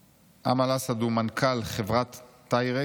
אסעד, מנכ"ל חברת טיירק,